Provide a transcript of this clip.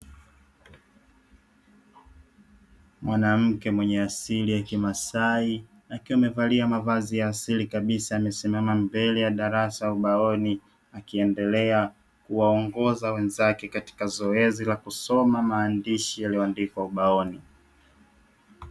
Mwanamke mwenye asili ya kimaasai akiwa amevalia mavazi ya asili kabisa, amesimama mbele ya darasa ubaoni akiendelea kuwaongoza wenzake katika zoezi la kusoma maandishi yaliyoandikwa ubaoni.